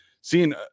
Seeing